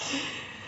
!wah! so